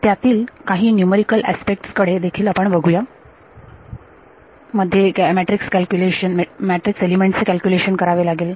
ज्यातील काही numerical aspects कडे आपण बघू या मध्ये मॅट्रिक्स एलिमेंट्स चे कॅल्क्युलेशन करावे लागेल